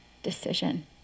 decision